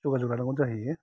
जगाजग लानांगौ जाहैयो